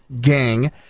gang